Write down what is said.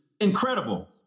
incredible